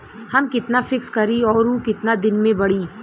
हम कितना फिक्स करी और ऊ कितना दिन में बड़ी?